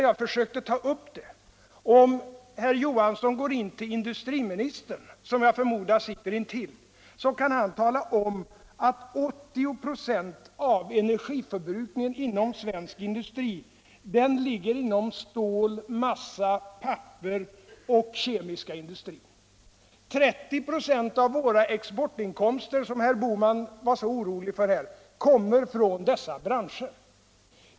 Ja, om herr Johansson går in till industriministern, som jag förmodar sitter intill, så kan denne tala om att 80 ”. av-cncrgiförbrukningeli inom svensk industri ligger inom stål-. massa-, pappersoch den kemiska industrin. 30 a av våra exportinkomster som herr Bohman var så orolig för kommer från dessa branscher.